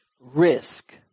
risk